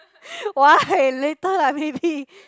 why later lah maybe